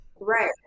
right